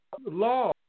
law